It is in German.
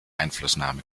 einflussnahme